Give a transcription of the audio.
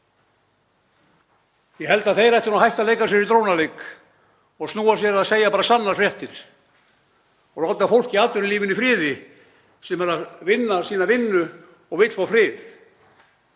Ég held að þeir ættu nú að hætta að leika sér í drónaleik, snúa sér að því að segja sannar fréttir og láta fólk í atvinnulífinu í friði sem er að vinna sína vinnu og vill fá frið.